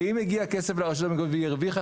ואם הגיע כסף לרשות המקומית והיא הרוויחה,